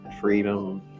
freedom